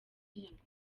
nyarwanda